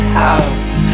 house